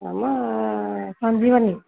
ଆମ ସଞ୍ଜିବନୀ